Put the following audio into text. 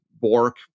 Bork